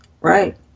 Right